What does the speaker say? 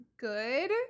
good